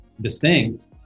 distinct